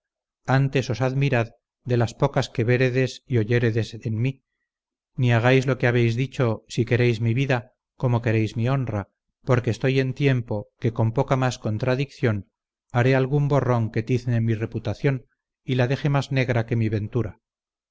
antes os admirad de las pocas que veredes y oyéredes en mí ni hagáis lo que habéis dicho si queréis mi vida como queréis mi honra porque estoy en tiempo que con poca más contradicción haré algún borrón que tizne mi reputación y la deje más negra que mi ventura